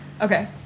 Okay